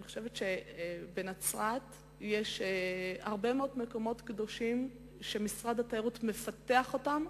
אני חושבת שבנצרת יש הרבה מאוד מקומות קדושים שמשרד התיירות מפתח אותם.